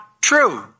true